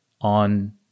on